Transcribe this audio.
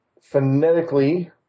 phonetically